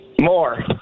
More